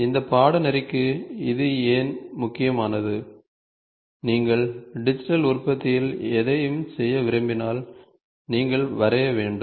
இந்த பாடநெறிக்கு இது ஏன் முக்கியமானது நீங்கள் டிஜிட்டல் உற்பத்தியில் எதையும் செய்ய விரும்பினால் நீங்கள் வரைய வேண்டும்